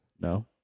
No